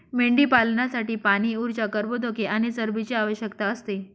मेंढीपालनासाठी पाणी, ऊर्जा, कर्बोदके आणि चरबीची आवश्यकता असते